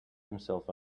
himself